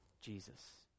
jesus